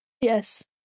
Yes